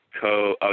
co